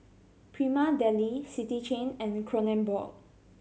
Prima Deli City Chain and Kronenbourg